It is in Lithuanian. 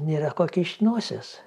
nėra ko kišt nosies